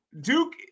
Duke